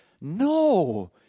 No